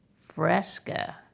Fresca